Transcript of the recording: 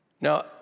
Now